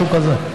משהו כזה.